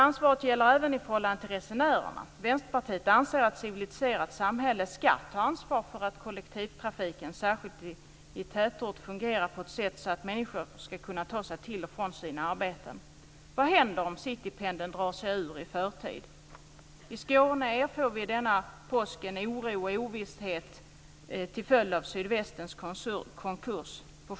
Ansvaret gäller även i förhållande till resenärerna. Vänsterpartiet anser att ett civiliserat samhälle ska ta ansvar för att kollektivtrafiken, särskilt i tätort, fungerar på ett sådant sätt att människor kan ta sig till och från sina arbeten. Vad händer om I Skåne erfor vi i påskas oro och ovisshet till följd av Sydvästens konkurs.